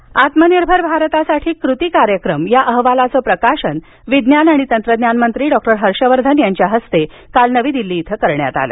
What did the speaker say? हर्षवर्धन आत्मनिर्भर भारतासाठी कृति कार्यक्रम या अहवालाचं प्रकाशन विज्ञान आणि तंत्रज्ञान मंत्री डॉक्टर हर्षवर्धन यांच्या हस्ते काल नवी दिल्ली इथं करण्यात आलं